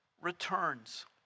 returns